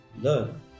learn